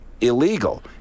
illegal